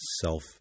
self